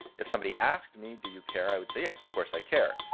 if somebody asked me, do you care? i would say, yes, of course i care.